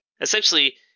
Essentially